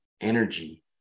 energy